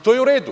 To je u redu.